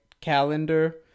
calendar